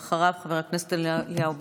בבקשה, ואחריו, חבר הכנסת אליהו ברוכי.